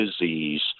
disease